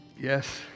Yes